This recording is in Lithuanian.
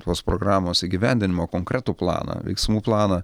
tos programos įgyvendinimo konkretų planą veiksmų planą